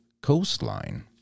coastline